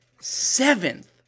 seventh